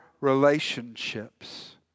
relationships